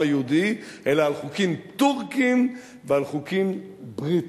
היהודי אלא על חוקים טורקיים ועל חוקים בריטיים.